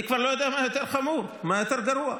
אני כבר לא יודע מה יותר חמור, מה יותר גרוע.